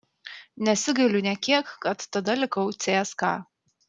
nesigailiu nė kiek kad tada likau cska